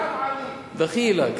דחילק.